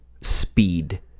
speed